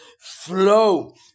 flow